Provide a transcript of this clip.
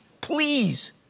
please